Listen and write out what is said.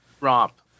romp